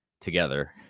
together